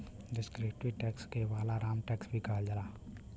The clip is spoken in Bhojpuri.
डिस्क्रिप्टिव लेबल के वालाराम टैक्स भी कहल जाला